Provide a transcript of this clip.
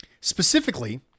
Specifically